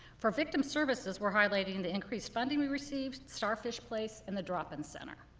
for victim services, we're highlighting and the increased funding we received, starfish place, and the drop-in center.